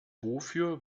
wofür